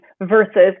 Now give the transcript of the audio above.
versus